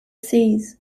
seas